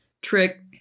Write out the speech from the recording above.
trick